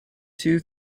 two